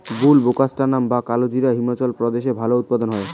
বুলবোকাস্ট্যানাম বা কালোজিরা হিমাচল প্রদেশে ভালো উৎপাদন হয়